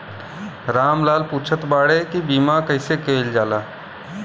राम लाल पुछत बाड़े की बीमा कैसे कईल जाला?